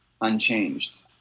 unchanged